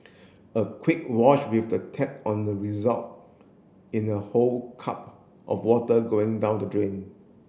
a quick wash with the tap on the result in a whole cup of water going down the drain